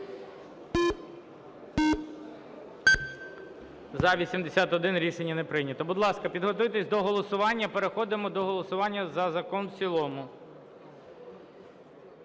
За-81 Рішення не прийнято. Будь ласка, підготуйтеся до голосування. Переходимо до голосування за закон в цілому.